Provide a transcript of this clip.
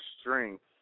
strength